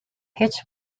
hitch